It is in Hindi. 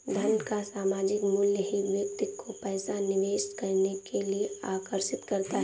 धन का सामायिक मूल्य ही व्यक्ति को पैसा निवेश करने के लिए आर्कषित करता है